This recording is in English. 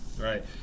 Right